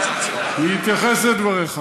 אני אתייחס לדבריך.